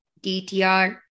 DTR